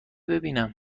ببینم